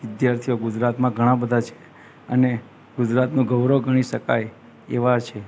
વિદ્યાર્થીઓ ગુજરાતમાં ઘણા બધા છે અને ગુજરાતનું ગૌરવ ગણી શકાય એવા છે